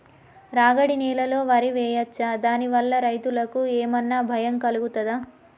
రాగడి నేలలో వరి వేయచ్చా దాని వల్ల రైతులకు ఏమన్నా భయం కలుగుతదా?